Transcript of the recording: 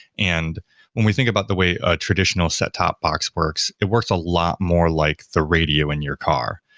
and when we think about the way a traditional set-top box works, it works a lot more like the radio in your car.